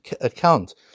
account